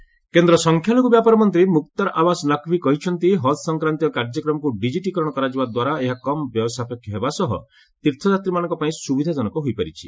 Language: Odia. ନକ୍ଭି ହଜ୍ କେନ୍ଦ୍ର ସଂଖ୍ୟାଲଘୁ ବ୍ୟାପାର ମନ୍ତ୍ରୀ ମୁକ୍ତାର ଆବାସ ନକ୍ଭି କହିଛନ୍ତି ହଜ୍ ସଂକ୍ରାନ୍ତୀୟ କାର୍ଯ୍ୟକ୍ରମକୁ ଡିକିଟିକରଣ କରାଯିବା ଦ୍ୱାରା ଏହା କମ୍ ବ୍ୟୟ ସାପେକ୍ଷ ହେବା ସହ ତୀର୍ଥଯାତ୍ରୀମାନଙ୍କ ପାଇଁ ସୁବିଧାଜନକ ହୋଇପାରିଛି